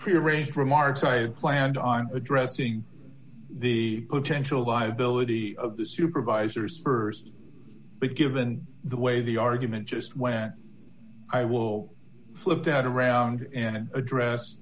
prearranged remarks i had planned on addressing the potential liability of the supervisors st but given the way the argument just went i will flip that around and address